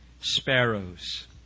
sparrows